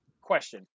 question